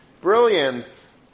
brilliance